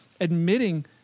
admitting